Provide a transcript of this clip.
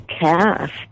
cast